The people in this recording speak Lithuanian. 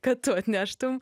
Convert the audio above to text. kad tu atneštum